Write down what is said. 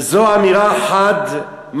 וזו אמירה חד-משמעית: